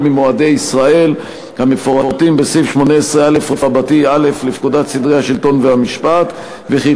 ממועדי ישראל המפורטים בסעיף 18א(א) לפקודת סדרי השלטון והמשפט וכי